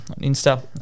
insta